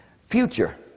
future